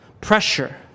pressure